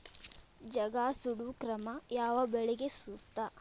ಜಗಾ ಸುಡು ಕ್ರಮ ಯಾವ ಬೆಳಿಗೆ ಸೂಕ್ತ?